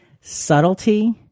Subtlety